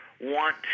want